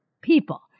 people